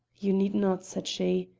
you need not, said she.